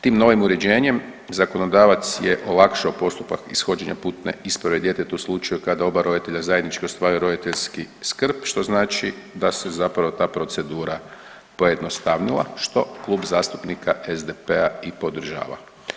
Tim novim uređenjem zakonodavac je olakšao postupak ishođenja putne isprave djetetu u slučaju kada oba roditelja zajednički ostvaruju roditeljsku skrb što znači da se zapravo ta procedura pojednostavnila što Klub zastupnika SDP-a i podržava.